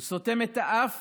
סותם את האף